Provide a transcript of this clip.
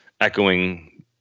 echoing